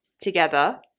together